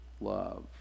love